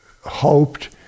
hoped